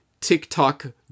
TikTok